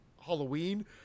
Halloween